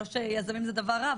לא שיזמים זה דבר רע,